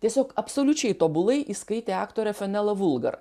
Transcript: tiesiog absoliučiai tobulai įskaitė aktorė fenela vulgar